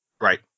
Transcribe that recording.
Right